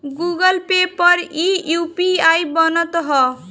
Google Pay पर इ UPI बनत हअ